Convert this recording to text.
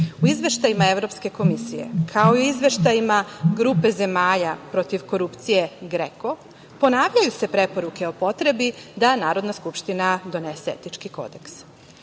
u izveštajima Evropske komisije, kao i u izveštajima grupe zemalja protiv korupcije GREKO ponavljaju se preporuke o potrebi da Narodna skupština donese etički kodeks.U